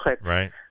Right